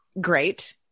great